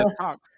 talk